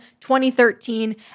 2013